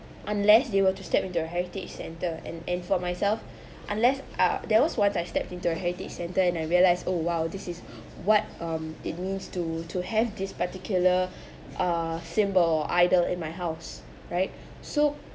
unless they were to step into a heritage centre and and for myself unless ah there was once I stepped into a heritage centre and I realised oh !wow! this is what um it means to to have this particular uh symbol idle in my house right so